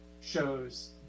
shows